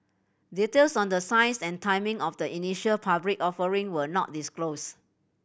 details on the size and timing of the initial public offering were not disclosed